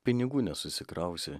pinigų nesusikrausi